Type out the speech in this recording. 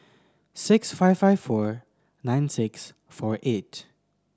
six five five four nine six four eight